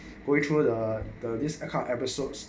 going through the the this account episodes